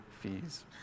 fees